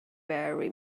very